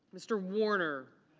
mr. warner.